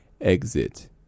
exit